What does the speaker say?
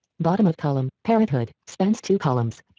bottom of column, parenthood, spans two columns.